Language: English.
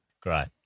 Great